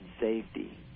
safety